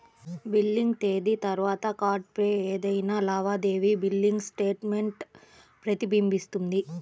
billing తేదీ తర్వాత కార్డ్పై ఏదైనా లావాదేవీ బిల్లింగ్ స్టేట్మెంట్ ప్రతిబింబిస్తుంది